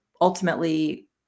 ultimately